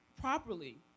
properly